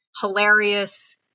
hilarious